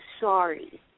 Sorry